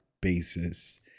basis